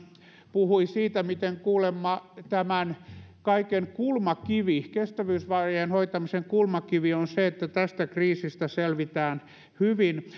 puhui siitä miten kuulemma tämän kaiken kulmakivi kestävyysvajeen hoitamisen kulmakivi on se että tästä kriisistä selvitään hyvin